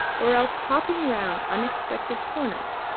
or else popping round unexpected corners,